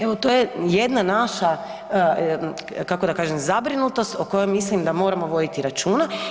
Evo, to je jedna naša kako da kažem zabrinutost o kojoj mislim da moramo voditi računa.